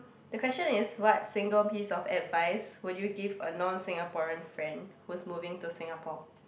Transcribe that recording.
the question is what single piece of advice would you give a non Singaporean friend who's moving to Singapore